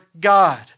God